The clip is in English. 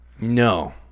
No